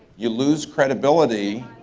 you lose credibility,